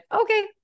okay